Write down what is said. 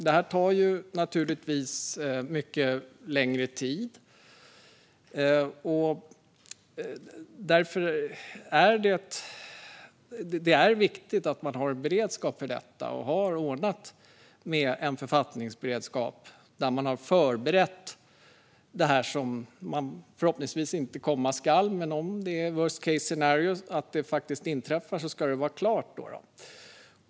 Det tar naturligtvis mycket längre tid. Därför är det viktigt att man har en beredskap för detta, att man har ordnat en författningsberedskap och förberett sig inför vad som förhoppningsvis inte komma skall. Om ett worst case scenario faktiskt inträffar ska det dock vara klart.